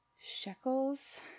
Shekels